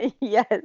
Yes